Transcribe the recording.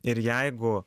ir jeigu